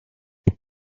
not